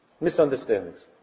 Misunderstandings